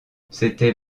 c’était